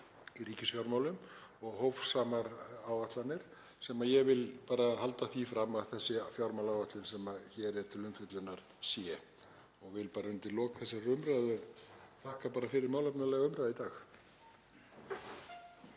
í ríkisfjármálum og hófsamar áætlanir sem ég vil bara halda því fram að sé í þessari fjármálaáætlun sem hér er til umfjöllunar. Ég vil bara undir lok þessarar umræðu þakka fyrir málefnalega umræðu í dag.